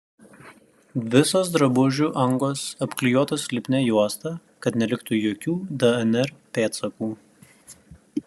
visos drabužių angos apklijuotos lipnia juosta kad neliktų jokių dnr pėdsakų